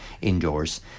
indoors